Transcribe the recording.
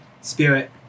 Spirit